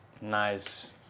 nice